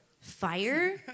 Fire